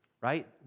right